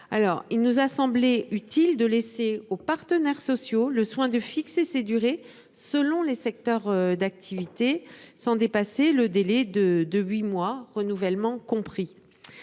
il nous a semblé utile de laisser aux partenaires sociaux le soin de fixer ses durer selon les secteurs d'activité sans dépassé le délai de de huit mois renouvellement compris.